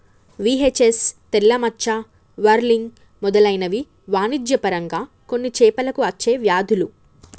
VHS, తెల్ల మచ్చ, whirling మెదలైనవి వాణిజ్య పరంగా కొన్ని చేపలకు అచ్చే వ్యాధులు